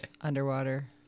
underwater